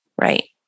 Right